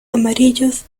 amarillos